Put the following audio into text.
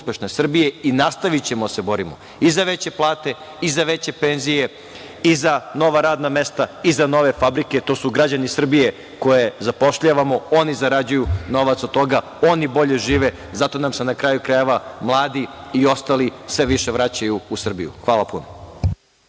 uspešne Srbije i nastavićemo da se borimo i za veće plate i za veće penzije i za nova radna mesta i za nove fabrike, to su građani Srbije koje zapošljavamo, oni zarađuju novac od toga, oni bolje žive zato nam se na kraju krajeva mladi i ostali sve više vraćaju u Srbiju. Hvala puno.